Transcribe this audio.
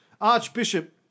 Archbishop